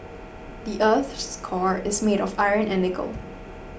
the earth's core is made of iron and nickel